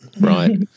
Right